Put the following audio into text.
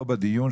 פה בדיון,